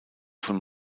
von